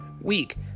week